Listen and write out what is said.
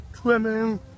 swimming